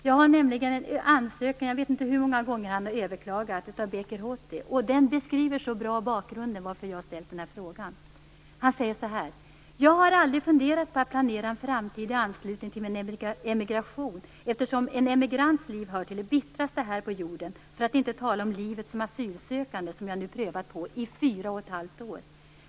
Jag har nämligen en ansökning - jag vet inte hur många gånger han har överklagat - av Beqir Hoti, och den beskriver så bra bakgrunden till varför jag har ställt denna interpellation. Han säger så här: "Jag har aldrig funderat på att planera en framtid i anslutning till min emigration, eftersom en emigrants liv hör till det bittraste här på jorden för att inte tala om livet som asylsökande som jag nu prövat på i fyra och ett halvt år.